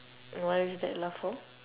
what is that laugh for